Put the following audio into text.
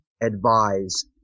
advise